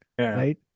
right